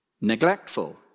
neglectful